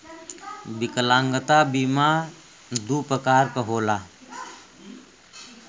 विकलागंता बीमा दू प्रकार क होला